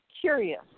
Curious